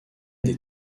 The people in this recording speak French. des